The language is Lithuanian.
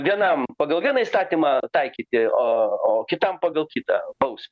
vienam pagal vieną įstatymą taikyti o kitam pagal kitą baus